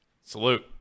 Salute